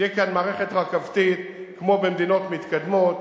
תהיה כאן מערכת רכבתית כמו במדינות מתקדמות,